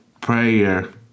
prayer